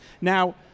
Now